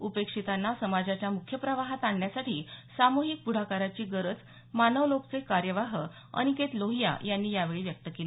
उपेक्षितांना समाजाच्या मुख्य प्रवाहात आणण्यासाठी सामुहिक पुढाकाराची गरज मानवलोकचे कार्यवाह अनिकेत लोहिया यांनी यावेळी व्यक्त केली